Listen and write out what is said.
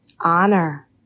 honor